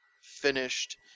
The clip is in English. finished